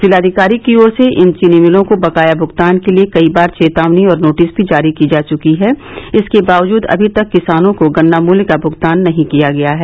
जिलाधिकारी की ओर से इन चीनी मिलों को बकाया भुगतान के लिए कई बार चेतावनी और नोटिस भी जारी की जा चुकी है इसके बावजूद अभी तक किसानों को गन्ना मूल्य का भुगतान नहीं किया गया है